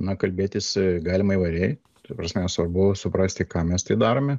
na kalbėtis galima įvairiai ta prasme svarbu suprasti kam mes tai darome